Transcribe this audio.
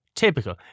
Typical